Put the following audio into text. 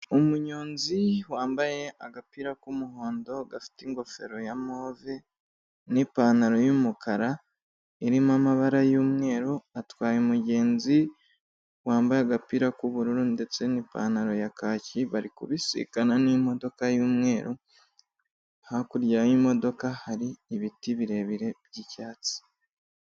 Umunyonzi wambaye agapira k'umuhondo gafite ingofero ya move n'ipantaro y'umukara irimo amabara y'umweru, atwaye umugenzi wambaye agapira k'ubururu ndetse n'ipantaro ya kaki bari kubisikana n'imodoka y'umweru, hakurya y'imodoka hari ibiti birebire by'icyatsi.